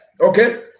Okay